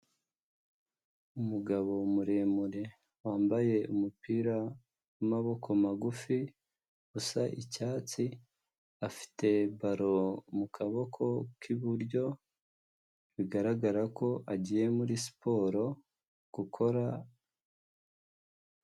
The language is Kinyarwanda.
Umugabo muremure wambaye umupira w'amaboko magufi usa icyatsi, afite baro mu kaboko k'iburyo bigaragara ko agiye muri siporo gukora.